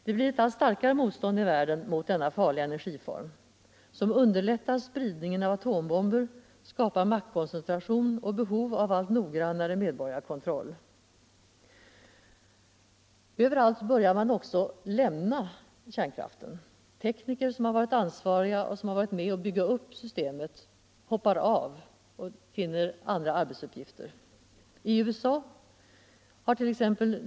Det blir ett allt starkare motstånd i världen mot denoo on farliga energiform, som underlättar spridningen av atombomber, ska Energihushållningpar masskoncentration och behov av allt noggrannare medborgarkontroll. en, m.m. Överallt i världen börjar man också lämna kärnkraften. Tekniker i ansvarig ställning som varit med om att bygga upp systemen hoppar av och finner andra arbetsuppgifter. I USA hart.ex.